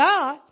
God